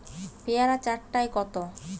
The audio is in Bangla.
পেয়ারা চার টায় কত?